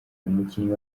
umukinnyi